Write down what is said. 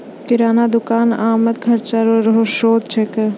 किराना दुकान आमद खर्चा रो श्रोत होलै